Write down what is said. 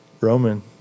Roman